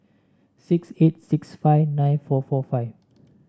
six eight six five nine four four five